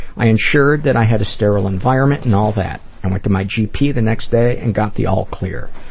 i ensured that i had a sterile environment and all that. i and went to my gp the next day, and got the all clear.